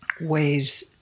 ways